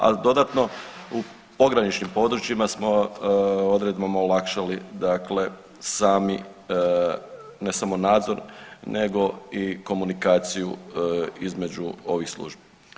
Al dodatno, u pograničnim područjima smo odredbom olakšali dakle sami, ne samo nadzor nego i komunikaciju između ovih službi.